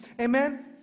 Amen